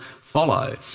follow